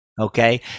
Okay